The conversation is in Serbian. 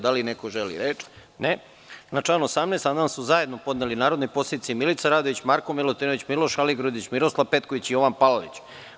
Da li neko želi reč? (Ne) Na član 18. amandman su zajedno podneli narodni poslanici Milica Radović, Marko Milutinović, Miloš Aligrudić, Miroslav Petković i Jovan Palalić.